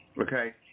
Okay